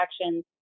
actions